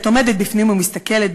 עומדת בפנים ומסתכלת.